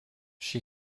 she